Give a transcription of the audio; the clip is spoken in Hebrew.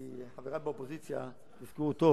כי חברי באופוזיציה, תזכרו טוב